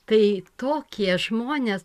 tai tokie žmonės